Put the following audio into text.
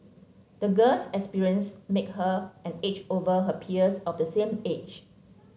the girl's experiences make her an edge over her peers of the same age